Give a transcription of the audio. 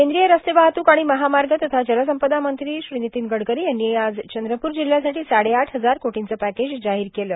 कद्रीय रस्ते वाहतूक आर्ाण महामाग तथा जलसंपदामंत्री र्भितीन गडकरां यांनी आज चंद्रपूर जिल्ह्यासाठी साडेआठ हजार कोर्टाच पॅकेज जाहीर केलं